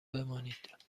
بمانید